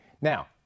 Now